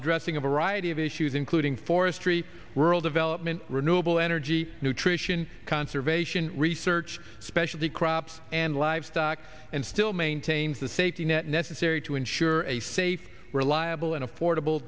addressing a variety of issues including forestry rural development renewable energy nutrition conservation research specialty crops and livestock and still maintains the safety net necessary to ensure a safe reliable and affordable